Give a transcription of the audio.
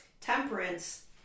Temperance